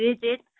visit